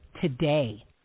today